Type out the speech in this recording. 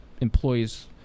employees